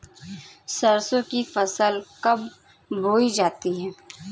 सरसों की फसल कब बोई जाती है?